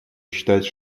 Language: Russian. считать